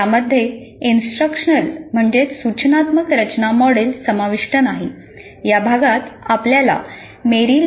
त्यामध्ये इंस्ट्रकशनल समजेल